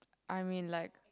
I mean like